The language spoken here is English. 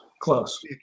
close